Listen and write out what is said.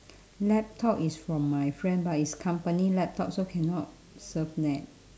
laptop is from my friend but is company laptop so cannot surf net